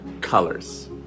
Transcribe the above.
colors